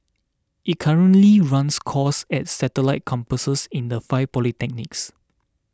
it currently runs courses at satellite campuses in the five polytechnics